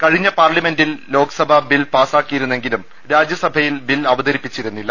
കഴിഞ്ഞ പാർലമെന്റിൽ ലോക്സഭ ബിൽ പാസ്സാക്കിയിരുന്നെ ങ്കിലും രാജ്യസഭയിൽ ബിൽ അവതരിപ്പിച്ചിരുന്നില്ല